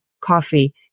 coffee